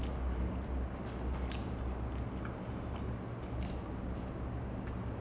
but ya in இப்பப்ப வர படம் எல்லாம் கொஞ்சம் மசாலா:ippapa vara padam ellaa konjam masaalaa films lah